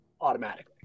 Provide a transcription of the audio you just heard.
automatically